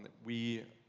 we